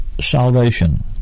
salvation